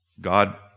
God